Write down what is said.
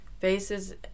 faces